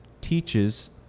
teaches